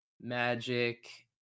Magic